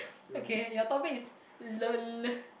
okay your topic is lull